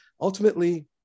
Ultimately